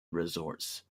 resorts